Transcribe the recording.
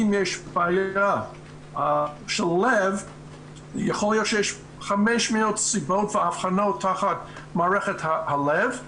אם יש בעיה של לב יכול להיות 500 סיבות ואבחנות תחת מערכת הלב,